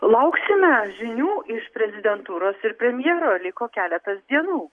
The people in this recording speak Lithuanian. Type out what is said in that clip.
lauksime žinių iš prezidentūros ir premjero liko keletas dienų